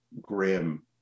grim